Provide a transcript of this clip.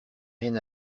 rien